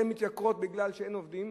הן מתייקרות כי אין עובדים.